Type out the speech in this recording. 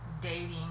dating